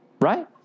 Right